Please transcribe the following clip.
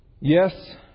Yes